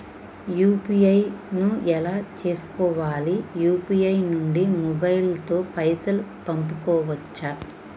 UPI ను ఎలా చేస్కోవాలి యూ.పీ.ఐ నుండి మొబైల్ తో పైసల్ పంపుకోవచ్చా?